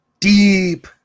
deep